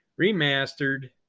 remastered